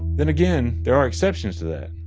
then again, there are exceptions to that.